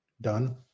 done